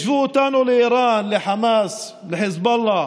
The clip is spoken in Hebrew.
השוו אותנו לאיראן, לחמאס, לחיזבאללה.